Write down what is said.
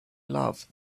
love